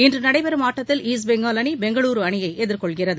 இன்று நடைபெறும் ஆட்டத்தில் ஈஸ்ட் பெங்கால் அணி பெங்களூரு அணியை எதிர்கொள்கிறது